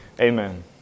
amen